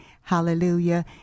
hallelujah